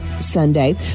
Sunday